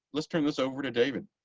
let's turn this over to david.